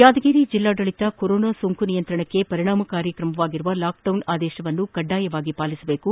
ಯಾದಗಿರಿ ಜಿಲ್ಲಾಡಳಿತ ಕೊರೋನಾ ಸೋಂಕು ನಿಯಂತ್ರಣಕ್ಕೆ ಪರಿಣಾಮಕಾರಿ ತ್ರಮವಾಗಿರುವ ಲಾಕ್ಡೌನ್ ಆದೇಶವನ್ನು ಕಡ್ಡಾಯವಾಗಿ ಪಾಲಿಸಬೇಕು